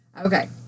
Okay